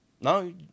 No